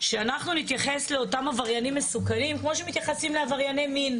שאנחנו נתייחס לאותם עבריינים מסוכנים כמו שמתייחסים לעברייני מין.